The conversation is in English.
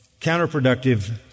counterproductive